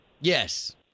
Yes